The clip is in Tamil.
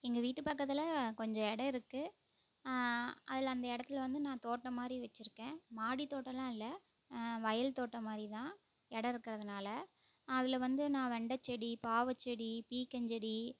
எங்கள் வீட்டு பக்கத்தில் கொஞ்சம் இடோம் இருக்கு அதில் அந்த இடத்துல வந்து நான் தோட்டம் மாதிரி வச்சிருக்கேன் மாடி தோட்டலாம் இல்லை வயல் தோட்டம் மாதிரி தான் இடோம் இருக்கிறதுனால அதில் வந்து நான் வெண்ட செடி பாவ செடி பீக்கங் செடி